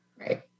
Right